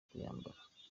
kuyambara